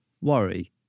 worry